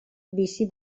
bizi